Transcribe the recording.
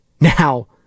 now